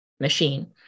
machine